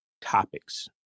topics